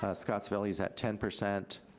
scotts valley is at ten percent,